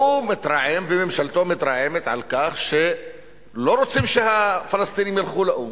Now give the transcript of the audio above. הוא מתרעם וממשלתו מתרעמת על כך ולא רוצים שהפלסטינים ילכו לאו"ם.